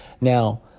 Now